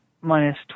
minus